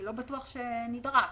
לא בטוח שזה נדרש.